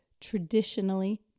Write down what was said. traditionally